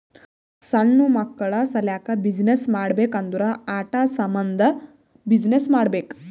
ಸಣ್ಣು ಮಕ್ಕುಳ ಸಲ್ಯಾಕ್ ಬಿಸಿನ್ನೆಸ್ ಮಾಡ್ಬೇಕ್ ಅಂದುರ್ ಆಟಾ ಸಾಮಂದ್ ಬಿಸಿನ್ನೆಸ್ ಮಾಡ್ಬೇಕ್